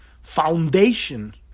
foundation